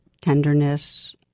tenderness